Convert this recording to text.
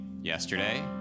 yesterday